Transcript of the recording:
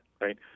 right